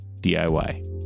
DIY